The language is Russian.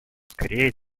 скорее